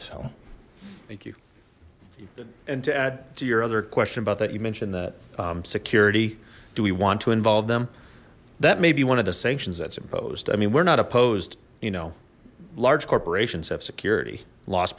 so thank you and to add to your other question about that you mentioned that security do we want to involve them that may be one of the sanctions that's imposed i mean we're not opposed you know large corporations have security lost